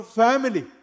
family